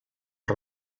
els